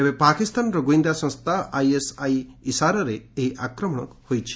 ତେବେ ପାକିସ୍ତାନର ଗୁଇନ୍ଦା ସଂସ୍ଥା ଆଇଏସ୍ଆଇ ଇସାରାରେ ଏହି ଆକ୍ରମଶ କରାଯାଇଛି